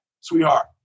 sweetheart